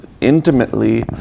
intimately